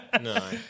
no